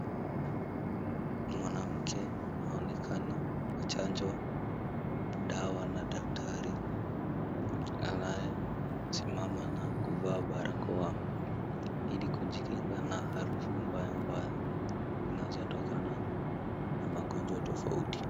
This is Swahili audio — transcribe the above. Mwanamke aonekana achanjwa dawa na daktari anayesimama na kuvaa barakoa ili kujikinga na harufu mbayambaya zinazotokana na magonjwa tofauti.